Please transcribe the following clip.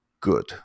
good